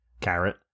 Carrot